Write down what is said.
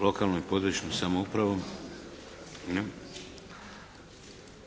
Lokalnu i područnu samoupravu?